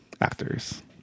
actors